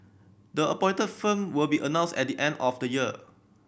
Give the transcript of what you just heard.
the appointed firm will be announced at the end of the year